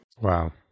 Wow